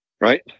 right